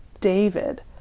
David